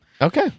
okay